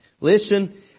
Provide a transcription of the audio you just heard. Listen